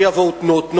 שיבואו תנועות נוער.